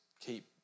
keep